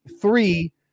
three